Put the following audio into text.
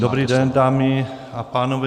Dobrý den, dámy a pánové.